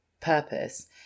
purpose